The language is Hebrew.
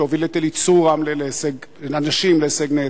שהוביל את "אליצור רמלה" נשים להישג נהדר.